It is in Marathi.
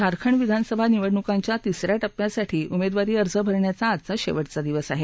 झारखंड विधानसभा निवडणुकांच्या तिस या टप्प्यासाठी उमेदवारी अर्ज भरण्याचा आज शेवटचा दिवस आहे